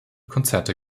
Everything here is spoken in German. konzerte